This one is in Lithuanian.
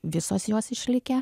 visos jos išlikę